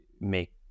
make